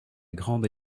grande